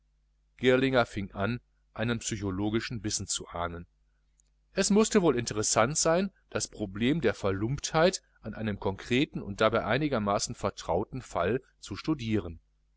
girlinger fing an einen psychologischen bissen zu ahnen es mußte wohl interessant sein das problem der verlumptheit an einem konkreten und dabei einigermaßen vertrauten fall zu studieren